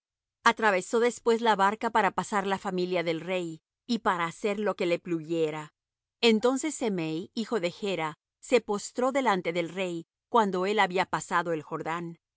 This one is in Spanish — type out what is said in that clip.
atravesó después la barca para pasar la familia del rey y para hacer lo que le pluguiera entonces semei hijo de gera se postró delante del rey cuando él había pasado el jordán